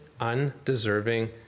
undeserving